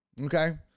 Okay